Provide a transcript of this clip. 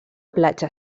platja